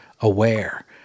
aware